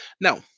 Now